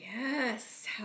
yes